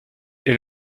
est